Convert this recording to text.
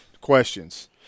Questions